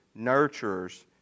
nurturers